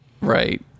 Right